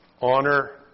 Honor